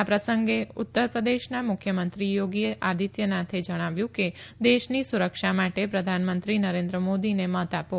આ પ્રસંગે ઉત્તરપ્રદેશના મુખ્યમંત્રી યોગી આદિત્યનાથે જણાવ્યું કે દેશની સુરક્ષા માટે પ્રધાનમંત્રી નરેન્દ્ર મોદીને મત આપો